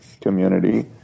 community